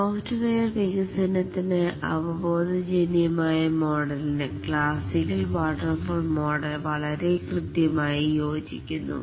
software വികസനത്തിന് അവബോധ ജന്യമായ മോഡലിന് ക്ലാസിക്കൽ വാട്ടർഫാൾ മോഡൽ വളരെ കൃത്യമായി യോജിക്കുന്നു